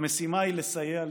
והמשימה היא לסייע לירושלים,